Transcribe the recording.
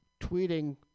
tweeting